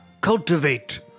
Cultivate